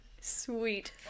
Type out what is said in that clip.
sweet